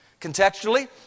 Contextually